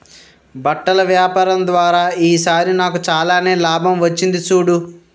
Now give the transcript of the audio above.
బట్టల వ్యాపారం ద్వారా ఈ సారి నాకు చాలానే లాభం వచ్చింది చూడు